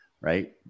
right